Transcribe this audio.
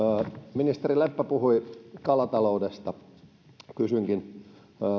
ministeri leppä puhui kalataloudesta kysynkin